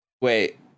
Wait